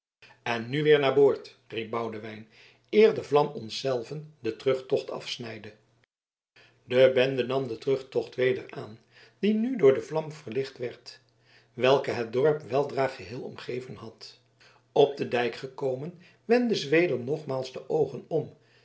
en nu weer naar boord riep boudewijn eer de vlam ons zelven den terugtocht afsnijde de bende nam den terugtocht weder aan die nu door de vlam verlicht werd welke het dorp weldra geheel omgeven had op den dijk gekomen wendde zweder nogmaals de oogen om